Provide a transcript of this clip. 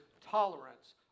tolerance